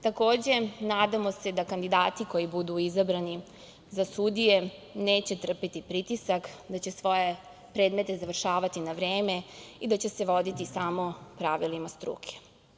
Takođe, nadamo se da kandidati koji budu izabrani za sudije neće trpeti pritisak, da će svoje predmete završavati na vreme i da će se voditi samo pravilima struke.